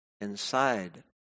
inside